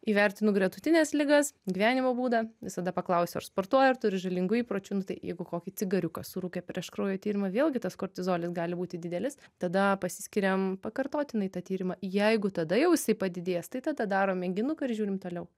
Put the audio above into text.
įvertinu gretutines ligas gyvenimo būdą visada paklausiu ar sportuoja ar turi žalingų įpročių nu tai jeigu kokį cigariuką surūkė prieš kraujo tyrimą vėlgi tas kortizolis gali būti didelis tada paskiriame pakartotinai tą tyrimą jeigu tada jau jisai padidėjęs tai tada darom mėginuką ir žiūrim toliau